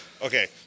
Okay